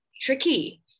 tricky